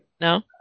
No